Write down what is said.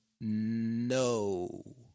No